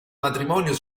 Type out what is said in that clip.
matrimonio